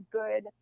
good